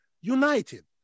united